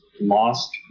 lost